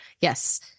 Yes